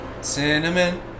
Cinnamon